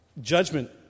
judgment